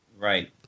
Right